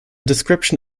description